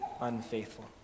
unfaithful